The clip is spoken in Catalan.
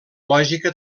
lògica